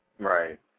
Right